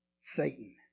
Satan